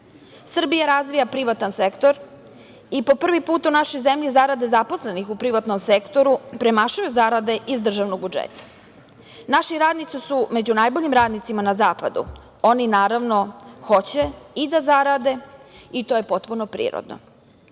razvija privatan sektor i po prvi put u našoj zemlji zarade zaposlenih u privatnom sektoru premašuju zarade iz državnog budžeta. Naši radnici su među najboljim radnicima na zapadu. Oni, naravno, hoće i da zarade i to je potpuno prirodno. Mnogo